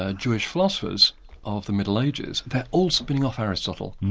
ah jewish philosophers of the middle ages they're all spinning off aristotle.